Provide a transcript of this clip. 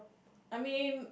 I mean